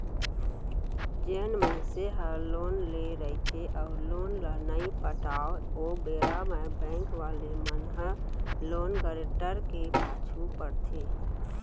जेन मनसे ह लोन लेय रहिथे अउ लोन ल नइ पटाव ओ बेरा म बेंक वाले मन ह लोन गारेंटर के पाछू पड़थे